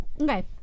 Okay